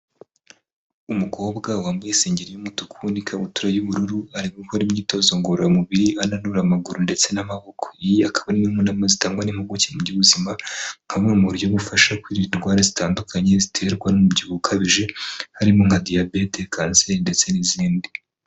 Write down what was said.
Umukobwa wambaye isengeri y'umutuku n'i ikabutura y'ubururu ari gukora imyitozo ngororamubiri, ananura amaguru ndetse n'amaboko ye akaba ari inama zitangwa n'impuguke mu by'ubuzima nkabumwe mu buryo bufasha kwirinda indwara zitandukanye ziterwa n'umubyibuho ukabije harimo nka diyabete kanseri ndetse n'izindi.